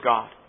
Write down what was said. God